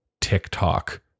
TikTok